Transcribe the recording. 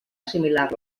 assimilar